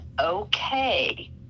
okay